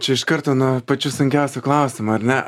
čia iš karto nuo pačių sunkiausių klausimų ar ne